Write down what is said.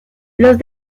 los